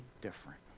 different